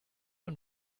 und